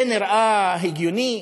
זה נראה הגיוני?